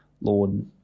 Lord